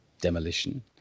demolition